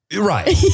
Right